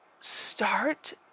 start